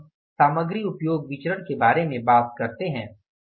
अब हम सामग्री उपयोग विचरण के बारे में बात करते हैं